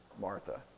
Martha